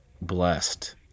blessed